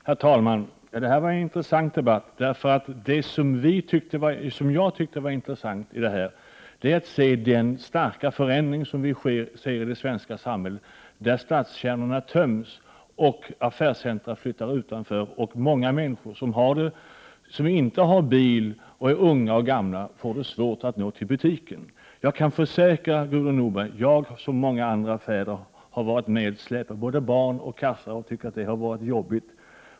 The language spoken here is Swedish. Herr talman! Detta var en intressant debatt. Det intressanta tycker jag är den starka förändring som nu sker i det svenska samhället, där stadskärnorna töms och affärscentra flyttar utanför. Många människor som inte har bil — det gäller både unga och gamla — får svårt att nå butikerna. Jag kan försäkra Gudrun Norberg att jag så som många andra fäder har varit med om att släpa både barn och kassar, och jag tycker att det har varit jobbigt.